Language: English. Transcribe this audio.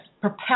propel